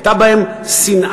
הייתה בהן שנאה,